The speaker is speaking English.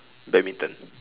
badminton